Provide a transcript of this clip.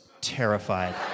terrified